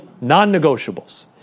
Non-negotiables